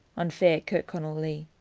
on fair kirkconnell lea.